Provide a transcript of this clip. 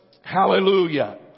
Hallelujah